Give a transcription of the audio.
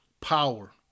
power